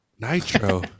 Nitro